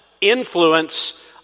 influence